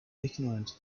ignorant